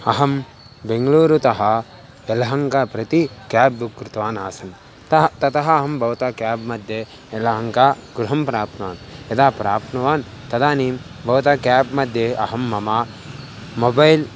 अहं बेङ्ग्लूरुतः यलहङ्का प्रति केब् बुक् कृतवान् आसन् अतः ततः अहं भवतः केब्मध्ये एलहङ्कागृहं प्राप्नुवान् यदा प्राप्नुवान् तदानीं भवतः केब्मध्ये अहं मम मोबैल्